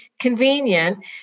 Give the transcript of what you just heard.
convenient